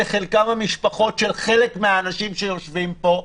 אלה משפחות של חלק מהאנשים שיושבים פה,